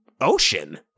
Ocean